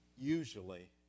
usually